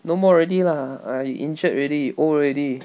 no more already lah I injured already old already